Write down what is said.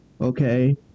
okay